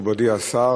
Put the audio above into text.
מכובדי השר,